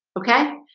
okay,